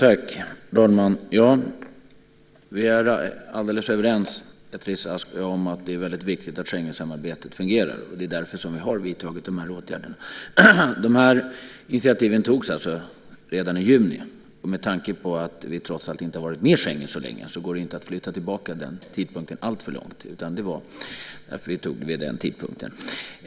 Herr talman! Beatrice Ask och jag är överens om att det är väldigt viktigt att Schengensamarbetet fungerar. Det är därför som vi har vidtagit de här åtgärderna. De här initiativen togs alltså redan i juni. Med tanke på att vi trots allt inte har varit med i Schengen så länge var det inte möjligt flytta tillbaka den tidpunkten alltför långt. Det var därför vi tog dessa initiativ vid den tidpunkten.